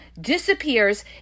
disappears